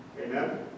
Amen